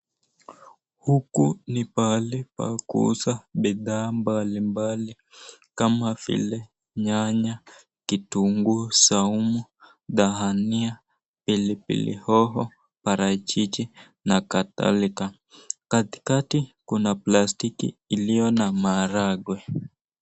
Huku ni pahali pa kuuza bidhaa mbalimbali, kama vile nyanya, vitunguu, saumu ,dania, pilipili hoho, parachichi na kadhalika, katikati plastiki iliyo na maharagwe.